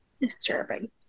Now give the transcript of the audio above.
disturbing